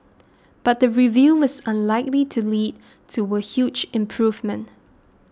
but the review is unlikely to lead to a huge improvement